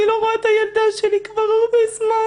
אני לא רואה את הילדה שלי כבר הרבה זמן